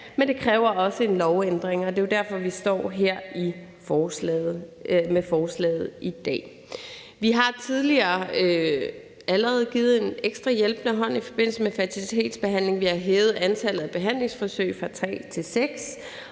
men det kræver også en lovændring, og det er jo derfor, vi står her med forslaget i dag. Vi har allerede tidligere givet en ekstra hjælpende hånd i forbindelse med fertilitetsbehandling; vi har hævet antallet af behandlingsforsøg fra tre til